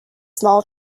small